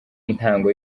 intango